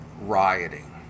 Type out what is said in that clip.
rioting